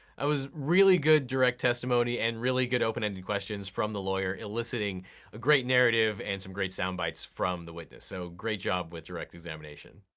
that was really good direct testimony and really good open-ended questions from the lawyer, eliciting a great narrative and some great sound bytes from the witness. so great job with direct examination.